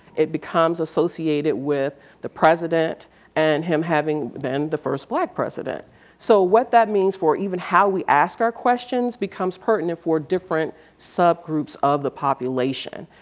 it becomes associated with the president and him having been the first black president so what that means for even how we ask our questions becomes pertinent for different subgroups of the population.